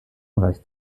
reicht